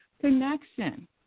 connection